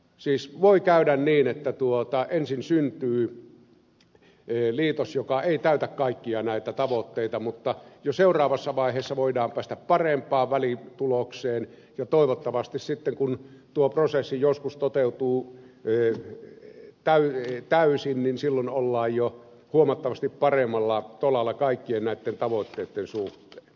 siis voi käydä niin että ensin syntyy liitos joka ei täytä kaikkia näitä tavoitteita mutta jo seuraavassa vaiheessa voidaan päästä parempaan välitulokseen ja toivottavasti sitten kun tuo prosessi joskus toteutuu täysin ollaan jo huomattavasti paremmalla tolalla kaikkien näitten tavoitteitten suhteen